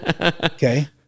okay